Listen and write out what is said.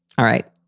all right.